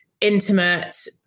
intimate